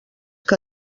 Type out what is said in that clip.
que